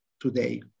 today